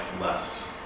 less